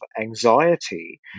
anxiety